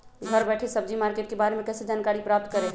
घर बैठे सब्जी मार्केट के बारे में कैसे जानकारी प्राप्त करें?